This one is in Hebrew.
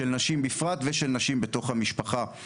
של נשים בפרט ושל נשים בתוך המשפחה.